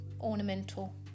ornamental